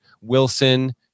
Wilson